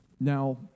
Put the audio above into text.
Now